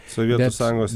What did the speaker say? sovietų sąjungos